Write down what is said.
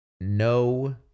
No